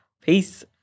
Peace